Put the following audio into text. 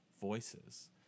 voices